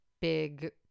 big